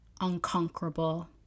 unconquerable